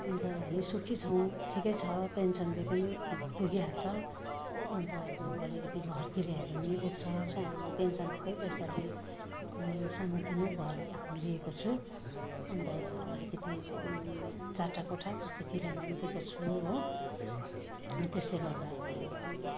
अन्त हामी सुखी छौँ ठिकै छ पेन्सनले पनि पुगिहाल्छ अन्त अब अलिकति घर किरायहरू पनि उठ्छ पेन्सन आएकै पैसाले सानोतिनो घर लिएको छु अन्त अलिकिति चारवटा कोठाजस्तो किरायमा पनि दिएको छु हो त्यसले गर्दा अब